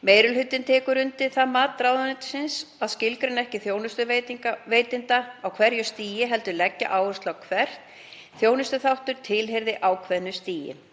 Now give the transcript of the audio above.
Meiri hlutinn tekur undir það mat ráðuneytisins að skilgreina ekki þjónustuveitanda á hverju stigi heldur leggja áherslu á að hver þjónustuþáttur tilheyri ákveðnu stigi.